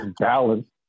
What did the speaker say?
balance